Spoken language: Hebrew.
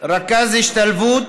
רכז השתלבות